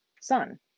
son